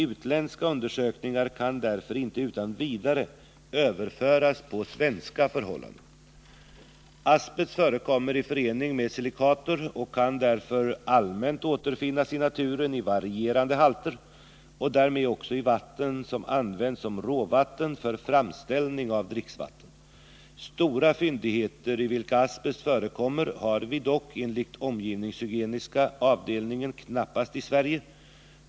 Utländska undersökningar kan därför inte utan vidare överföras på svenska förhållanden. Asbest förekommer i förening med silikater och kan därför allmänt återfinnas i naturen i varierande halter och därmed också i vatten som används som råvatten för framställning av dricksvatten. Stora fyndigheter i vilka asbest förekommer har vi dock enligt omgivningshygieniska avdelningen knappast i Sverige.